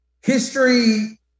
history